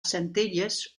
centelles